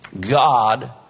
God